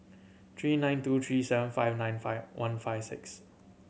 three nine two three seven five nine five one five six